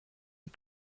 est